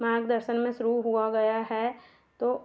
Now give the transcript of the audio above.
मार्गदर्शन में शुरू हुआ गया है तो